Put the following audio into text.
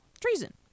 treason